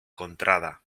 contrada